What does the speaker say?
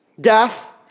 death